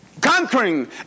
conquering